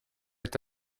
est